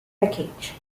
package